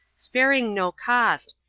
sparing no cost,